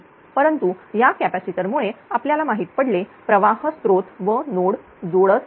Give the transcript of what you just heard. परंतु या कॅपॅसिटर मुळे आपल्याला माहित पडले प्रवाह स्त्रोत व नोड जोडत वाहत आहे